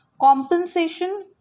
compensation